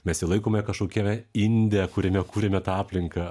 mes jį laikome kažkokiame inde kuriame kuriame tą aplinka